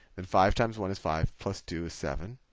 and five times one is five. plus two is seven.